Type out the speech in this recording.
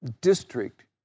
district